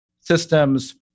systems